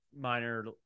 minor